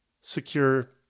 secure